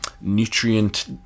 nutrient